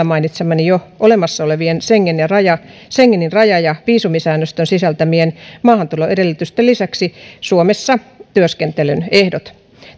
mainitsemieni laissa jo olemassa olevien schengenin raja schengenin raja ja viisumisäännöstön sisältämien maahantuloedellytysten lisäksi suomessa työskentelyn ehdot